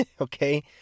Okay